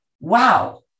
wow